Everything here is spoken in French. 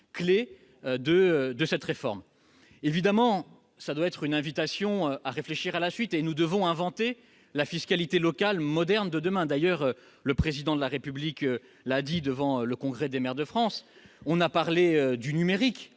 clés de cette réforme. Évidemment, ce doit être une invitation à réfléchir à la suite ; nous devons inventer la fiscalité locale moderne de demain. D'ailleurs, le Président de la République l'a dit devant le congrès des maires de France. On parlait